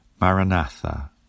Maranatha